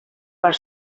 per